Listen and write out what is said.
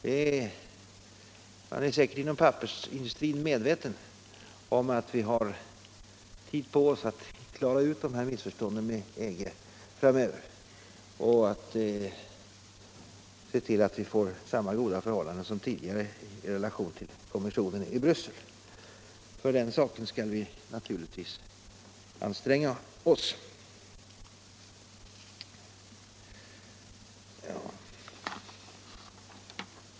Man är säkerligen inom pappersindustrin medveten om att vi har tid på oss att klara ut missförstånden med EG framöver och att se till att vi får samma goda förhållande som tidigare till kommissionen i Bryssel. För att nå det målet skall vi naturligtvis anstränga oss.